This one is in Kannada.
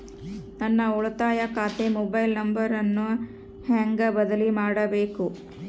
ನನ್ನ ಉಳಿತಾಯ ಖಾತೆ ಮೊಬೈಲ್ ನಂಬರನ್ನು ಹೆಂಗ ಬದಲಿ ಮಾಡಬೇಕು?